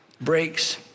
breaks